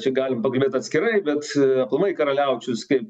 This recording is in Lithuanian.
čia galim pakalbėt atskirai bet aplamai karaliaučius kaip